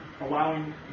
allowing